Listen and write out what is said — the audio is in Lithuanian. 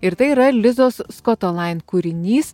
ir tai yra lizos skoto lain kūrinys